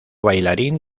bailarín